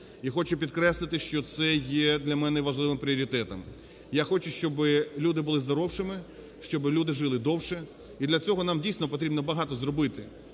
І хочу підкреслити, що це є для мене важливим пріоритетом. Я хочу, щоби люди були здоровішими, щоби люди жили довше, і для цього нам, дійсно, потрібно багато зробити.